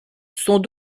sont